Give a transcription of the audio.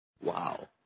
Wow